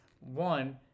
one